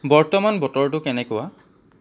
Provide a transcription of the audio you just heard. বৰ্তমান বতৰটো কেনেকুৱা